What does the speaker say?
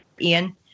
Ian